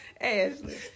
Ashley